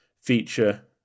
feature